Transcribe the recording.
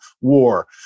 war